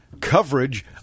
coverage